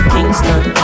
Kingston